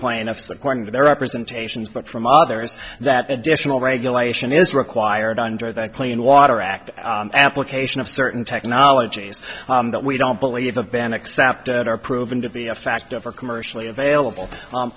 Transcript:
plaintiffs according to their representations but from others that additional regulation is required under the clean water act application of certain technologies that we don't believe the ban except that are proven to be a factor for commercially available